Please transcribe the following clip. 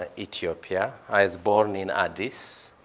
ah ethiopia. i was born in addis,